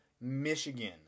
Michigan